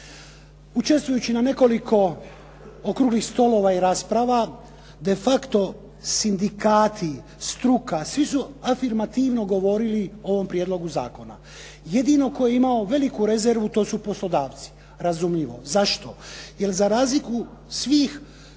Učestvujući na nekoliko okruglih stolova i rasprava defacto sindikati, struka, svi su afirmativno govorili o ovom prijedlogu zakona. Jedino tko je imao veliku rezervu to su poslodavci, razumljivo. Zašto? Jer za razliku svih